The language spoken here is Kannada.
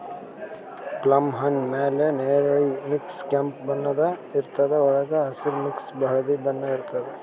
ಪ್ಲಮ್ ಹಣ್ಣ್ ಮ್ಯಾಲ್ ನೆರಳಿ ಮಿಕ್ಸ್ ಕೆಂಪ್ ಬಣ್ಣದ್ ಇರ್ತದ್ ವಳ್ಗ್ ಹಸ್ರ್ ಮಿಕ್ಸ್ ಹಳ್ದಿ ಬಣ್ಣ ಇರ್ತದ್